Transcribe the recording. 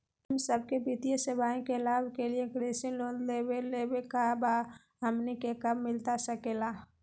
हम सबके वित्तीय सेवाएं के लाभ के लिए कृषि लोन देवे लेवे का बा, हमनी के कब मिलता सके ला?